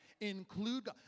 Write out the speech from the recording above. include